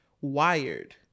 wired